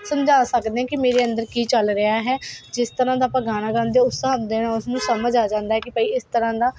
ਸਮਝਾ ਸਕਦੇ ਕਿ ਮੇਰੇ ਅੰਦਰ ਕੀ ਚੱਲ ਰਿਹਾ ਹੈ ਜਿਸ ਤਰ੍ਹਾਂ ਦਾ ਆਪਾਂ ਗਾਣਾ ਗਾਉਂਦੇ ਉਸ ਹਿਸਾਬ ਦੇ ਨਾਲ ਉਸਨੂੰ ਸਮਝ ਆ ਜਾਂਦਾ ਹੈ ਕਿ ਬਈ ਇਸ ਤਰ੍ਹਾਂ ਦਾ